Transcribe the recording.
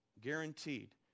guaranteed